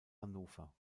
hannover